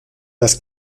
das